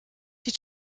die